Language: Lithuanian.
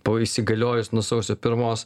po įsigaliojus nuo sausio pirmos